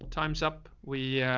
time's up. we, yeah